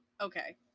Okay